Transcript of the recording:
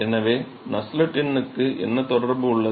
எனவே நஸ்லெட் எண்ணுக்கு என்ன தொடர்பு உள்ளது